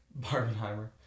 Barbenheimer